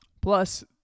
Plus